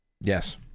Yes